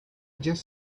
just